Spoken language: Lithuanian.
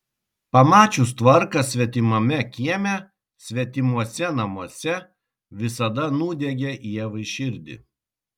pamačius tvarką svetimame kieme svetimuose namuose visada nudiegia ievai širdį